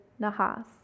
nahas